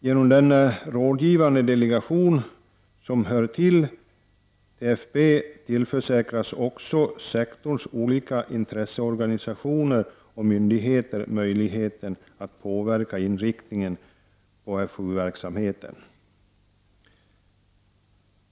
Genom den rådgivande delegationen som hör till TFB tillförsäkras också sektorns olika intresseorganisationer och myndigheter möjligheten att påverka FOU verksamhetens inriktning.